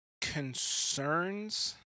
concerns